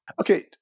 Okay